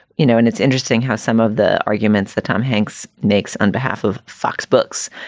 you know, and it's interesting how some of the arguments that tom hanks makes on behalf of fox books,